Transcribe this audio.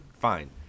fine